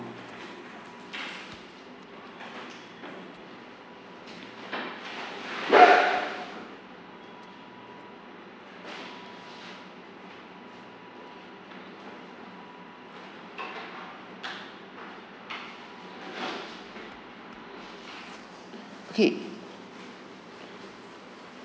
okay